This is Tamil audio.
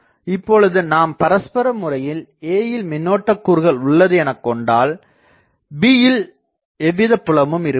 இப்பொழுது நாம் பரஸ்பர முறையில் a யில் மின்னோட்ட கூறுகள் உள்ளது எனக் கொண்டால் b யில் எவ்வித புலமும் இருப்பதில்லை